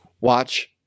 watch